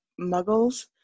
muggles